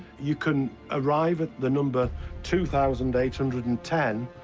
you can arrive at the number two thousand eight hundred and ten,